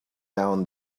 down